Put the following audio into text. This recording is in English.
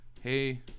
hey